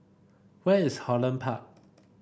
where is Holland Park